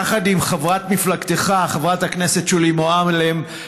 יחד עם חברת מפלגתך, חברת הכנסת שולי מועלם,